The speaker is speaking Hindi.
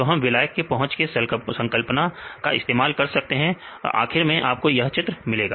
तो हम विलायक के पहुंच के संकल्पना का इस्तेमाल कर सकते हैं और आखिर में आपको यह चित्र मिलेगा